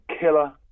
killer